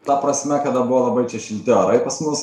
ta prasme kad buvo labai čia šilti orai pas mus